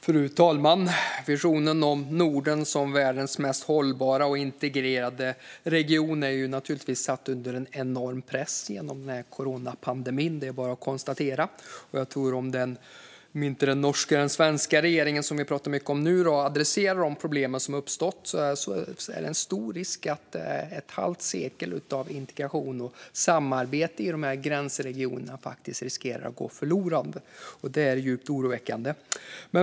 Fru talman! Visionen om Norden som världens mest hållbara och integrerade region är satt under enorm press i och med coronapandemin. Det är bara att konstatera. Om inte den norska och den svenska regeringen, som vi pratar mycket om nu, tar tag i de problem som har uppstått riskerar ett halvt sekel av integration och samarbete i de gränsregionerna att gå förlorat. Det är djupt oroväckande.